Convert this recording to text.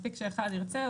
מספיק שאחד ירצה,